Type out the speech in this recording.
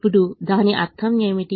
ఇప్పుడు దాని అర్థం ఏమిటి